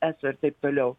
eso ir taip toliau